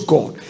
God